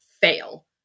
fail